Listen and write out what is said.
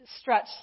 stretch